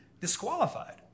disqualified